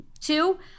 Two